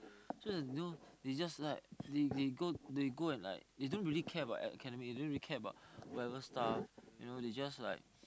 so there's you know they just like they they go they go and like they don't really care about academic they don't really care about whatever stuff you know they just like